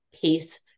peace